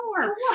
more